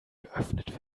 geöffnet